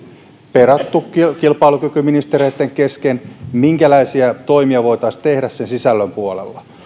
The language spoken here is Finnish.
peranneet kilpailukykyministereitten kesken minkälaisia toimia voitaisiin tehdä sen sisällön puolella